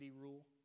rule